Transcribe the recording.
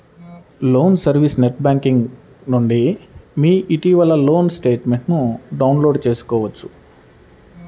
loan service net banking నుండి మీ ఇటీవలి లోన్ స్టేట్మెంట్ను డౌన్లోడ్ చేసుకోవచ్చు